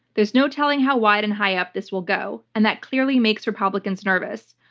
there's no telling how wide and high up this will go and that clearly makes republicans nervous.